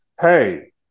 Hey